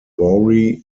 wary